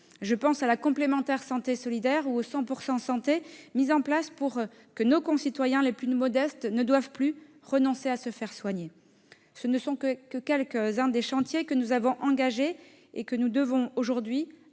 Je pense à la complémentaire santé solidaire ou au dispositif « 100 % santé » mis en place pour que nos concitoyens les plus modestes n'aient plus à renoncer à se faire soigner. Ce ne sont que quelques-uns des chantiers que nous avons engagés et que nous devons aujourd'hui